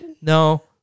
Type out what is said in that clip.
No